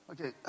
Okay